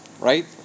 right